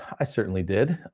i certainly did.